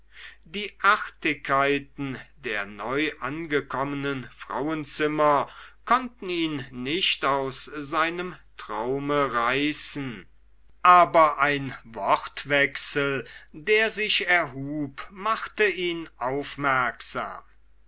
die artigkeiten der neuangekommenen frauenzimmer konnten ihn nicht aus seinem traume reißen aber ein wortwechsel der sich erhub machte ihn aufmerksam